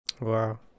Wow